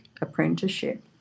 apprenticeship